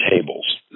tables